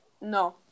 No